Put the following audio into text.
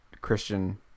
Christian